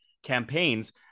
campaigns